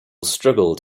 struggled